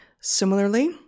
Similarly